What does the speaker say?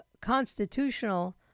constitutional